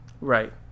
right